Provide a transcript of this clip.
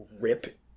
Rip